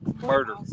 murder